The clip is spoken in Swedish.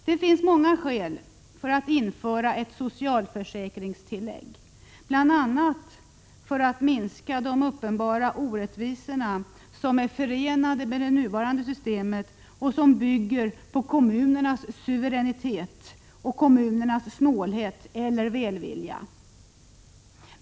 Det finns många skäl att införa ett socialförsäkringstillägg, bl.a. behovet av att minska de uppenbara orättvisor som är förenade med det nuvarande systemet, som bygger på kommunernas suveränitet och deras snålhet eller välvilja.